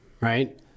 right